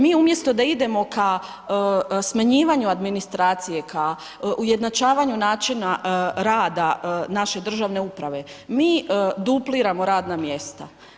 Mi umjesto da idemo ka smanjivanju administracije, ka ujednačavanju načina rada naše državne uprave, mi dupliramo radna mjesta.